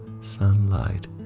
sunlight